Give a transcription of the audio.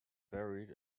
buried